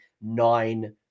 nine